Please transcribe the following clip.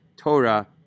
Torah